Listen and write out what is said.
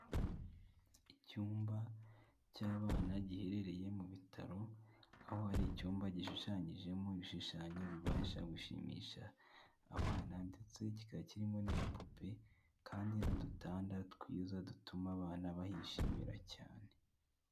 Icyumba cy'abana giherereye mu bitaro, aho hari icyumba gishushanyijemo ibishushanyo bibasha gushimisha abana ndetse kikaba kirimo n'ibipupe, kandi n'udutanda twiza dutuma abana bahishimira cyane.